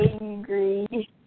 angry